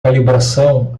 calibração